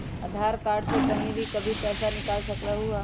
आधार card से कहीं भी कभी पईसा निकाल सकलहु ह?